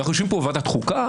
אנו יושבים פה בוועדת חוקה,